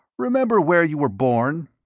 remember where you were born?